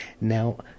Now